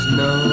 no